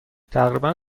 تقریبا